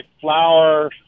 flour